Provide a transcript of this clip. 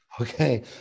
Okay